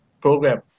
program